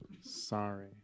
Sorry